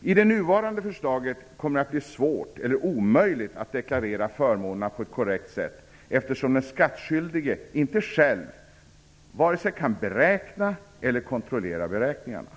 Med det nuvarande förslaget kommer det att bli svårt eller omöjligt att deklarera förmånerna på ett korrekt sätt eftersom den skattskyldige självt inte kan vare sig beräkna underlaget eller kontrollera beräkningarna.